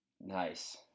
Nice